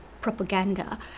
propaganda